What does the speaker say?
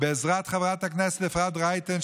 בעזרת חברת הכנסת אפרת רייטן,